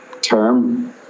term